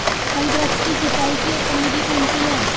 फल वृक्ष की सिंचाई की उत्तम विधि कौन सी है?